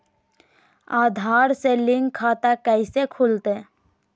आधार से लिंक खाता कैसे खुलते?